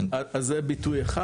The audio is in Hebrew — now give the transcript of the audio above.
אז זה ביטוי אחד.